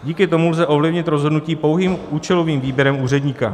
Díky tomu lze ovlivnit rozhodnutí pouhým účelovým výběrem úředníka.